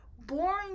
boring